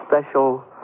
Special